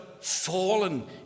fallen